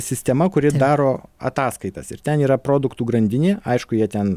sistema kuri daro ataskaitas ir ten yra produktų grandinė aišku jie ten